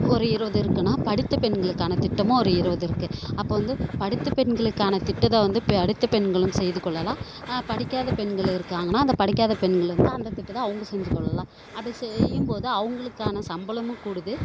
ஒரு இருபது இருக்குனால் படித்த பெண்களுக்கான திட்டமும் ஒரு இருபது இருக்குது அப்போ வந்து படித்த பெண்களுக்கான திட்டத்தை வந்து படித்த பெண்களும் செய்து கொள்ளலாம் படிக்காத பெண்கள் இருக்கங்கனால் அந்த படிக்காத பெண்கள் வந்து அந்த திட்டத்தை அவங்க செஞ்சுக்கொள்ளலாம் அப்படி செய்யும்போது அவங்களுக்கான சம்பளமும் கூடுது